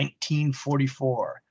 1944